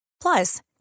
Plus